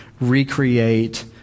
recreate